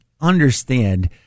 understand